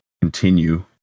continue